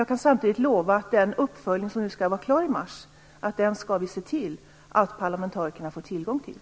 Jag kan samtidigt lova att vi skall se till att parlamentarikerna får tillgång till den uppföljning som skall vara klar i mars.